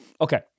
Okay